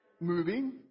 moving